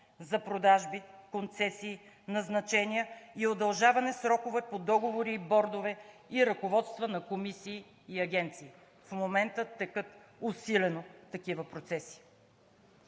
за продажби, концесии, назначения и удължаване срокове по договори, и бордове, и ръководства на комисии и агенции. В момента усилено текат такива процеси.